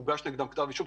הוגש נגדם כתב אישום.